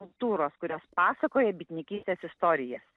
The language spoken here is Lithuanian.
skulptūros kurios pasakoja bitininkystės istorijas